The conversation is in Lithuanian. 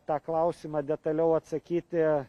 tą klausimą detaliau atsakyti